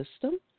system